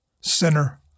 Sinner